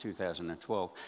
2012